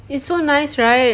it's so nice right